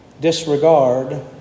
disregard